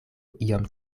iom